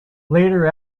later